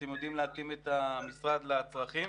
אתם יודעים להתאים את המשרד לצרכים.